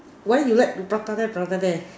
why you like to prata there prata there